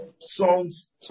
songs